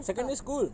secondary school